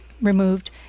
removed